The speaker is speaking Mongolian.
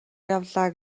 явлаа